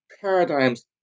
paradigms